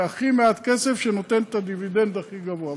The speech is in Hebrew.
זה הכי מעט כסף שנותן את הדיבידנד הכי גבוה.